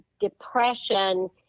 depression